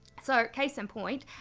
so case in point,